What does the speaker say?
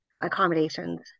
accommodations